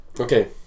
Okay